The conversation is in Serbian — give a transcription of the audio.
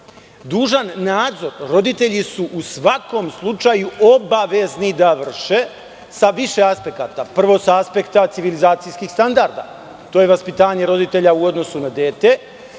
Dužan nadzor roditelji su u svakom slučaju obavezni da vrše sa više aspekata. Prvo, sa aspekta civilizacijskih standarda. To je vaspitanje roditelja u odnosu na dete.